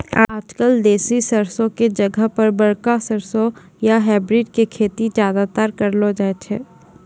आजकल देसी सरसों के जगह पर बड़का सरसों या हाइब्रिड के खेती ज्यादातर करलो जाय छै